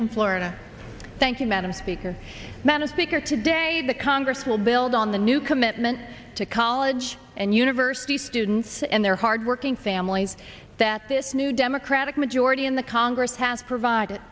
from florida thank you madam speaker manna speaker today the congress will build on the new commitment to college and university students and their hard working families that this new democratic majority in the congress has provided